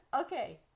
Okay